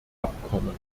abkommen